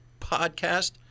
podcast